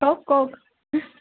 কওক কওক